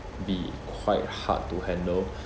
be quite hard to handle